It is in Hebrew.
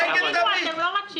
אתם לא מקשיבים.